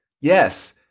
Yes